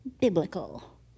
biblical